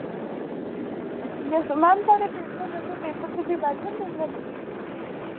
ma'am साढ़े paper न ते पेपर च फ्ही बैठन देङन